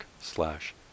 slash